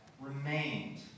remained